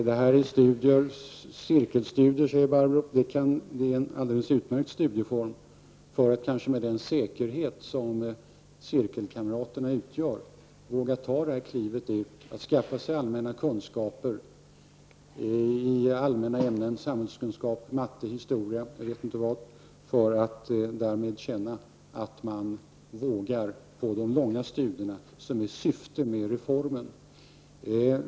Barbro Sandberg talade om cirkelstudier. Det är en alldeles utmärkt studieform. Med hjälp av den trygghet som cirkelkamraterna utgör vågar man kanske ta klivet att skaffa sig kunskaper i allmänna ämnen, t.ex. samhällskunskap, matematik och historia, för att därmed våga ge sig på de långa studierna. Det är just det som är syftet med reformen.